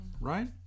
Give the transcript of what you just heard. Right